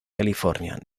california